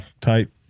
type